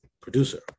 producer